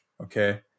okay